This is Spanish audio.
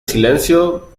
silencio